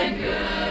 good